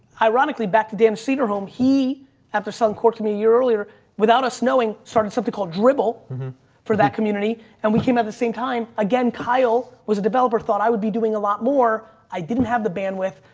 ironically back to dan cederholm. he after suncor can be a year earlier without snowing, started something called gribble for that community and we came at the same time again. kyle was a developer. thought i would be doing a lot more. i didn't have the bandwidth.